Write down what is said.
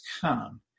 come